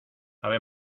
ave